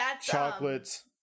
chocolates